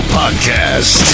podcast